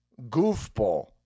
goofball